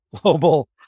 global